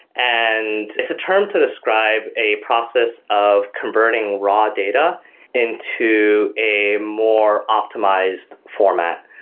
and it's a term to describe a process of converting raw data into a more optimized format.